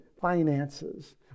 finances